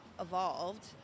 evolved